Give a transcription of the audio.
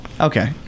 Okay